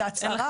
אגב, זו הצהרה